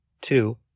two